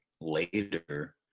later